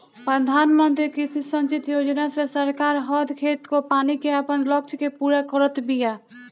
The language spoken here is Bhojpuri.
प्रधानमंत्री कृषि संचित योजना से सरकार हर खेत को पानी के आपन लक्ष्य के पूरा करत बिया